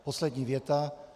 Poslední věta.